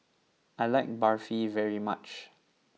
I like Barfi very much